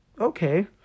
okay